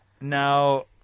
Now